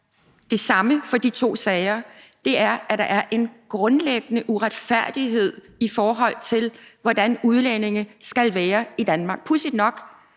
det samme for de to sager, er, at der er en grundlæggende uretfærdighed, i forhold til hvordan udlændinge skal være i Danmark. Pudsigt nok